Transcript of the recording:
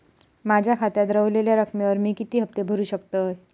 माझ्या खात्यात रव्हलेल्या रकमेवर मी किती हफ्ते भरू शकतय?